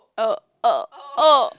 oh oh oh